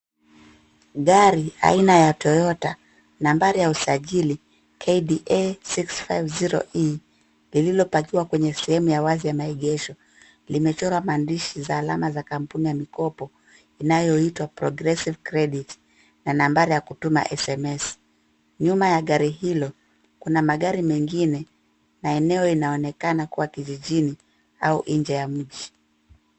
Gari aina ya Toyota nambari ya usajili KDA 650E lililopakiwa kwenye sehemu ya wazi ya maegesho. LImechorwa maandishi za alama za kampuni ya mkopo inayoitwa Progressive Credit na nambari ya kutuma SMS. Nyuma ya gari hilo kuna magari mengine na eneo inaonekana kuwa kijijini au nje ya mji.